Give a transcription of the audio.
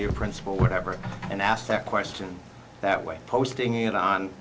your principal whatever and ask that question that way posting it on